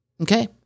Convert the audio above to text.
Okay